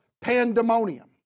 pandemonium